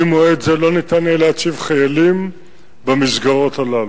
ממועד זה לא ניתן יהיה להציב חיילים במסגרות הללו.